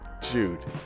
Jude